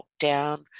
lockdown